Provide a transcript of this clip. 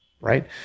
right